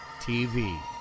TV